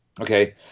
Okay